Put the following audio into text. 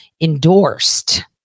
endorsed